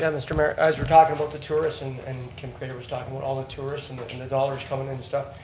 yeah mr. mayor, as you're talking about the tourists and and kim craitor was talking with all the tourists and but the dollars coming in and stuff,